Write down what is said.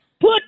Put